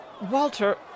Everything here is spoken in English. Walter